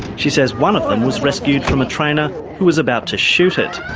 she says one of them was rescued from a trainer who was about to shoot it.